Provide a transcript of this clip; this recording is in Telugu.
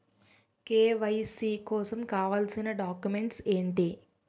కే.వై.సీ కోసం కావాల్సిన డాక్యుమెంట్స్ ఎంటి?